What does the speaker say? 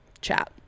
chat